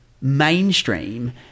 mainstream